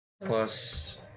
plus